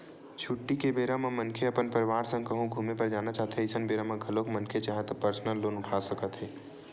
छुट्टी के बेरा म मनखे अपन परवार संग कहूँ घूमे बर जाना चाहथें अइसन बेरा म घलोक मनखे चाहय त परसनल लोन उठा सकत हे